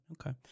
Okay